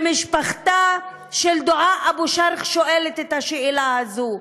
ומשפחתה של דועאא אבו שרך שואלת את השאלה הזאת,